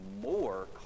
more